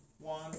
one